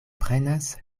prenas